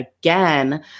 again